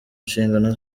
nshingano